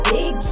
Big